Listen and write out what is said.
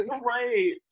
right